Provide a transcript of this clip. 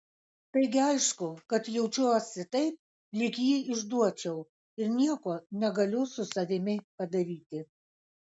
taigi aišku kad jaučiuosi taip lyg jį išduočiau ir nieko negaliu su savimi padaryti